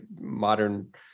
modern